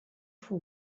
for